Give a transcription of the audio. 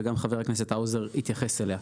וגם חבר הכנסת האוזר התייחס אליה.